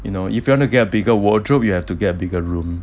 you know if you want to get bigger wardrobe you have to get bigger room